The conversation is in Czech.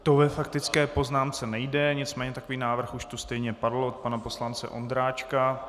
To ve faktické poznámce nejde, nicméně takový návrh už tu stejně padl od pana poslance Ondráčka.